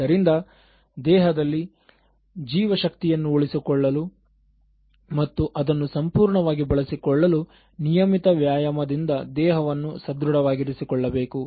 ಆದ್ದರಿಂದ ದೇಹದಲ್ಲಿ ಜೀವ ಶಕ್ತಿಯನ್ನು ಉಳಿಸಿಕೊಳ್ಳಲು ಮತ್ತು ಅದನ್ನು ಸಂಪೂರ್ಣವಾಗಿ ಬಳಸಿಕೊಳ್ಳಲು ನಿಯಮಿತ ವ್ಯಾಯಾಮದಿಂದ ದೇಹವನ್ನು ಸದೃಢ ವಾಗಿರಿಸಿಕೊಳ್ಳಬೇಕು